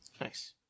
Nice